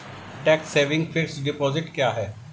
Tax saving fixed deposit क्या है?